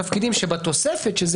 אולי נעשה את זה פעם נוספת,